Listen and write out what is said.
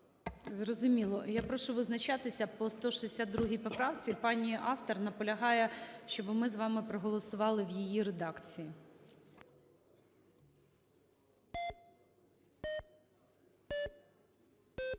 Зрозуміло. Я прошу визначатися по 162 поправці. Пані автор наполягає, щоб ми з вами проголосували в її редакції. 13:50:07